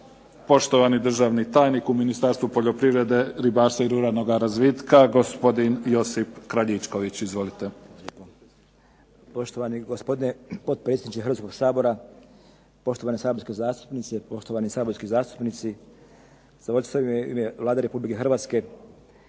Poštovani državni tajnik u Ministarstvu poljoprivrede, ribarstva i ruralnoga razvitka gospodin Josip Kraljičković. Izvolite. **Kraljičković, Josip** Poštovani gospodine potpredsjedniče Hrvatskog sabora, poštovane saborske zastupnice, poštovani saborski zastupnici. ... Vlada Republike Hrvatske